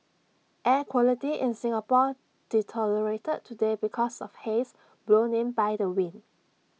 air quality in Singapore deteriorated today because of haze blown in by the wind